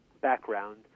background